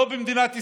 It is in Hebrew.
לא במדינת ישראל.